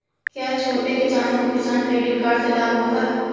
क्या छोटे किसानों को किसान क्रेडिट कार्ड से लाभ होगा?